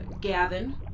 Gavin